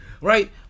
Right